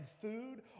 food